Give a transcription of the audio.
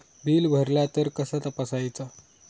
Bill भरला तर कसा तपसायचा?